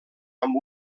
amb